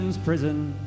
prison